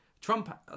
Trump